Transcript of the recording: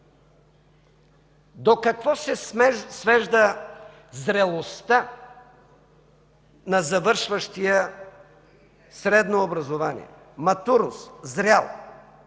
До какво се свежда зрелостта на завършващия средно образование? Матурус – зрял.